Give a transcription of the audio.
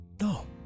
No